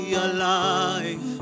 alive